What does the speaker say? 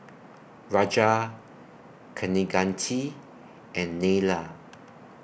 Raja Kaneganti and Neila